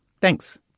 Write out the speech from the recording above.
Thanks